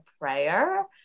prayer